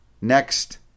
next